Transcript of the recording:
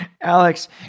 Alex